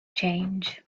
change